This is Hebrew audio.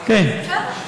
בסדר.